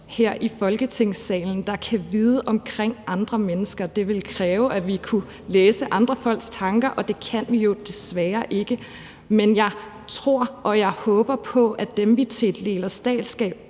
her i Folketingssalen, der kan vide det om andre mennesker. Det vil kræve, at vi kunne læse andre folks tanker, og det kan vi jo desværre ikke. Men jeg tror og håber på, at dem, vi tildeler statsborgerskab